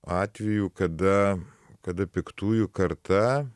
atvejų kada kada piktųjų karta